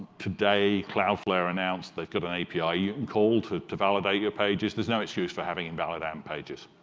today, cloudflare announced they've got an api ah you can and call to to validate your pages. there's no excuse for having invalid amp pages.